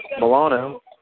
Milano